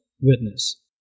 witness